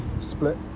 split